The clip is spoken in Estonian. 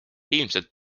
ilmselt